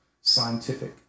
scientific